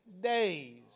days